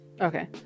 Okay